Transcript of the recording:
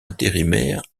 intérimaire